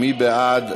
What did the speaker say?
מי בעד?